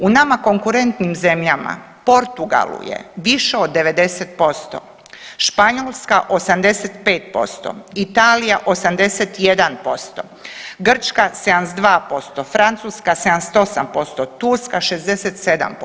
U nama konkurentnim zemljama Portugalu je više od 90%, Španjolska 85%, Italija 81%, Grčka 72%, Francuska 78%, Turska 67%